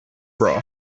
bra